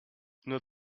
nur